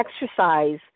exercise